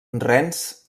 rens